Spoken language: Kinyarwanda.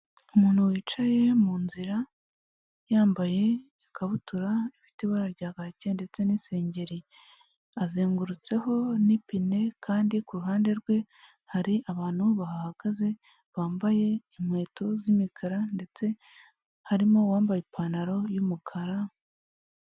Umuntu wicaye mu nzira yambaye ikabutura ifite ibara rya kake ndetse n'isengeri, azengurutseho n'ipine kandi ku ruhande rwe hari abantu bahahagaze bambaye inkweto z'imikara ndetse harimo uwambaye ipantaro y'umukara...